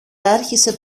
άρχισε